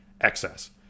excess